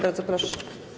Bardzo proszę.